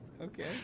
Okay